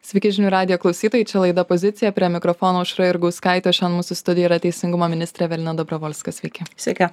sveiki žinių radijo klausytojai čia laida pozicija prie mikrofono aušra jurgauskaitė šiandien mūsų studijoj yra teisingumo ministrė evelina dobrovolska sveiki